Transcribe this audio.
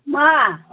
मा